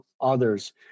others